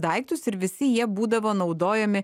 daiktus ir visi jie būdavo naudojami